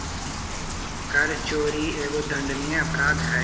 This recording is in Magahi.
कर चोरी एगो दंडनीय अपराध हई